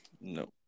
No